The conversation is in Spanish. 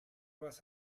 vas